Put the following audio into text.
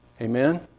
Amen